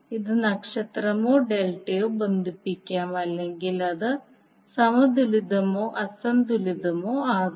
ഇത് നക്ഷത്രമോ ഡെൽറ്റയോ ബന്ധിപ്പിക്കാം അല്ലെങ്കിൽ അത് സമതുലിതമോ അസന്തുലിതമോ ആകാം